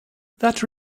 that